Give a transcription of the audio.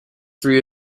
three